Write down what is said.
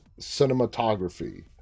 cinematography